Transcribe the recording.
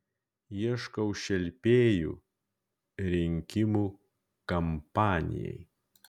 ieškau šelpėjų rinkimų kampanijai